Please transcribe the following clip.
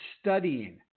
studying